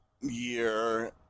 year